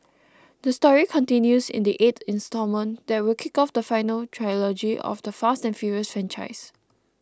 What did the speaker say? the story continues in the eight instalment that will kick off the final trilogy of the Fast and Furious franchise